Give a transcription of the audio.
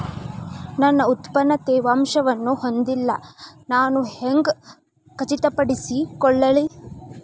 ನನ್ನ ಉತ್ಪನ್ನ ತೇವಾಂಶವನ್ನು ಹೊಂದಿಲ್ಲಾ ನಾನು ಹೆಂಗ್ ಖಚಿತಪಡಿಸಿಕೊಳ್ಳಲಿ?